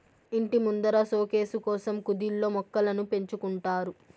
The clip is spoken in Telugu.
ఇంటి ముందర సోకేసు కోసం కుదిల్లో మొక్కలను పెంచుకుంటారు